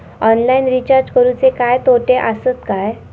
Online recharge करुचे काय तोटे आसत काय?